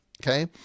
Okay